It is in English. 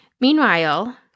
Meanwhile